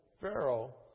Pharaoh